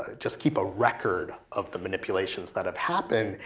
just keep a record of the manipulations that have happened?